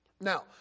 Now